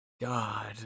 God